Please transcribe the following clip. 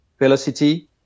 velocity